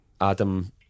Adam